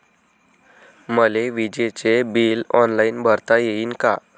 मले विजेच bill online भरता येईन का?